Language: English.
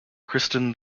kristin